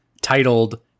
titled